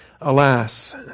Alas